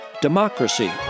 Democracy